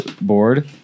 board